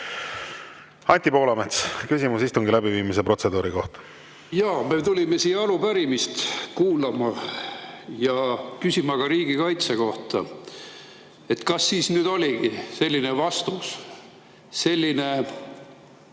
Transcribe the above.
Anti Poolamets, küsimus istungi läbiviimise protseduuri kohta. Jaa. Me tulime siia arupärimist kuulama ja küsima ka riigikaitse kohta. Kas siis nüüd oligi selline vastus? Kas me